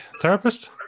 therapist